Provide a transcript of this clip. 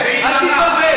אל תתבלבל,